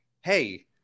Hey